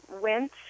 went